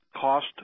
cost